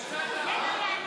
(קוראת בשמות חברי הכנסת)